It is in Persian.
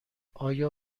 آیا